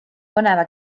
põneva